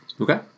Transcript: Okay